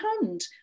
hand